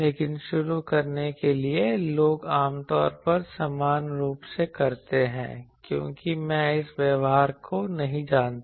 लेकिन शुरू करने के लिए लोग आमतौर पर समान रूप से करते हैं क्योंकि मैं इस व्यवहार को नहीं जानता